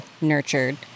nurtured